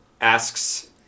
asks